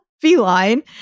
feline